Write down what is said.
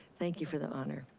thank you for the honor.